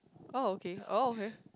oh okay oh okay